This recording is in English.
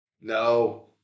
No